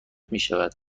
میشود